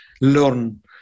learn